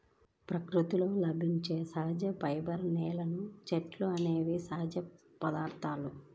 ప్రకృతిలో లభించే సహజ ఫైబర్స్, నేల, చెట్లు అనేవి సహజ పదార్థాలు